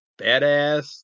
Badass